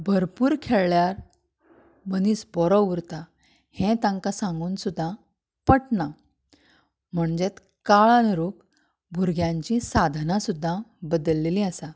भरपूर खेळ्ळ्यार मनीस बरो उरता हें तांका सांगून सुदां पटना म्हणजेच काळानुरूप भुरग्यांची सादना सुद्दां बदल्लेंली आसात